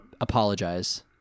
apologize